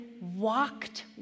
walked